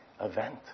event